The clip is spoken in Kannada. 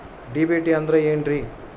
ಡಿ.ಬಿ.ಟಿ ಅಂದ್ರ ಏನ್ರಿ?